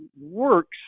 works